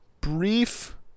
brief